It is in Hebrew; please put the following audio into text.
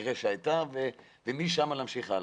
המקרה שהיה ומשם להמשיך הלאה.